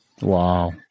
Wow